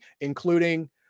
including